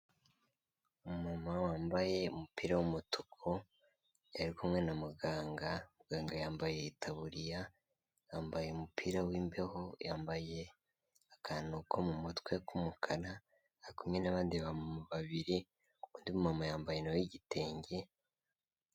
Umuntu wambaye umupira wumutuku, yari kumwe na muganga, muganga yambaye taburiya, yambaye umupira wimbeho, yambaye akantu ko mumutwe k'umukara ari kumwe n'abandi babiri undi muntu yambaye igitenge.